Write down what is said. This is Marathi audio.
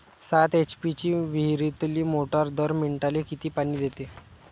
सात एच.पी ची विहिरीतली मोटार दर मिनटाले किती पानी देते?